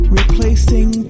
replacing